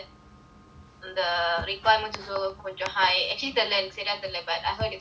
the requirements also கொஞ்சம்:konjam high I heard it's quite high